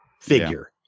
figure